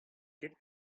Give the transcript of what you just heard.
ket